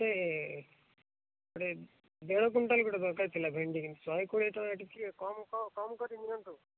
ସେ ଗୋଟେ ଦେଢ଼ କ୍ୱିଣ୍ଟାଲ ଗୋଟେ ଦରକାର ଥିଲା ଭେଣ୍ଡି ଶହେ କୋଡ଼ିଏ ଟଙ୍କା ଟିକେ କମ୍ କମ୍କରି ନିଅନ୍ତୁ